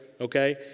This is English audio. Okay